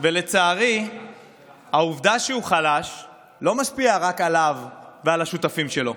ולצערי העובדה שהוא חלש לא משפיעה רק עליו ועל השותפים שלו,